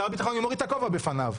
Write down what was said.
אני מוריד את הכובע בפניו.